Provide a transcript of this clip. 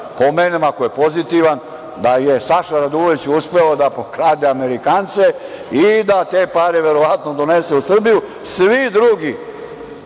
pomenem, ako je pozitivan, da je Saša Radulović uspeo da pokrade Amerikance i da te pare verovatno donese u Srbiju.